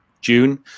June